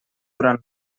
durant